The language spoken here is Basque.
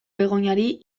begoñari